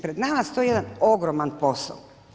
Pred nama stoji jedan ogroman posao.